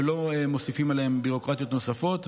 ולא מוסיפים עליהם ביורוקרטיות נוספות.